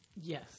Yes